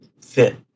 fit